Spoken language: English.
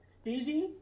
Stevie